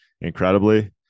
incredibly